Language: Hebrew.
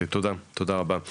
תודה רבה.